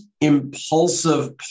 impulsive